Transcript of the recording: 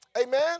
Amen